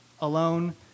alone